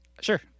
sure